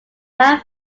have